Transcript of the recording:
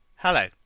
Hello